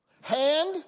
hand